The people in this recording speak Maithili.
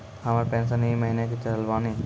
हमर पेंशन ई महीने के चढ़लऽ बानी?